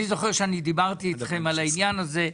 אני זוכר שאני דיברתי איתכם על העניין הזה.